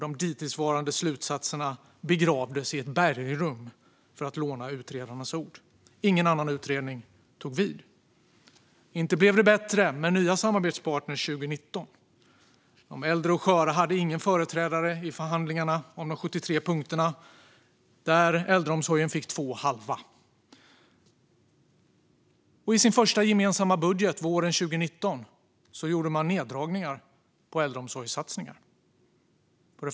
De dittillsvarande slutsatserna begravdes i ett bergrum, för att låna utredarnas ord. Ingen annan utredning tog vid. Inte blev det bättre med nya samarbetspartner 2019 heller. De äldre och sköra hade ingen företrädare i förhandlingarna om de 73 punkterna, där äldreomsorgen fick två halva punkter, och i den första gemensamma budgeten våren 2019 gjordes neddragningar på äldreomsorgssatsningar.